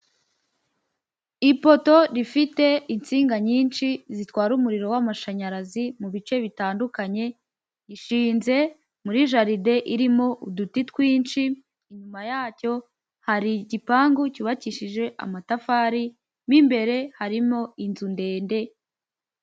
Ipoto rifite insinga nyinshi zitwara umuriro w'amashanyarazi mu bice bitandukanye, ishinze muri jaride irimo uduti twinshi, inyuma yacyo hari igipangu cyubakishije amatafari mo imbere harimo inzu ndende.